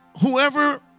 whoever